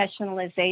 professionalization